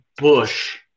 Bush